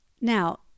Now